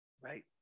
right